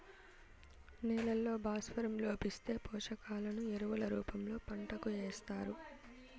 నేలల్లో భాస్వరం లోపిస్తే, పోషకాలను ఎరువుల రూపంలో పంటకు ఏస్తారు